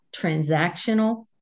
transactional